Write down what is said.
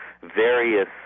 various